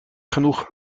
genoeg